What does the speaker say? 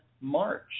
March